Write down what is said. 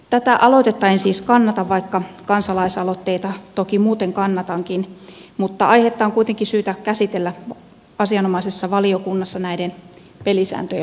tätä aloitetta en siis kannata vaikka kansalaisaloitteita toki muuten kannatankin mutta aihetta on kuitenkin syytä käsitellä asianomaisessa valiokunnassa näiden pelisääntöjen luomiseksi